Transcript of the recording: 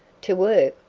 to work?